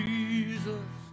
Jesus